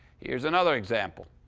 here's another example.